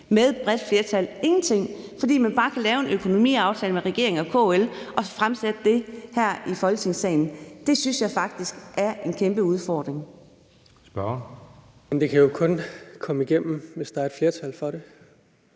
med et bredt flertal, ingenting, fordi man bare kan lave en økonomiaftale mellem regeringen og KL og fremsætte det her i Folketingssalen. Det synes jeg faktisk er en kæmpe udfordring. Kl. 10:13 Den fg. formand (Jeppe Søe): Spørgeren.